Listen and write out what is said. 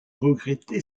regretté